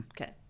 Okay